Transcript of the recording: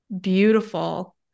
beautiful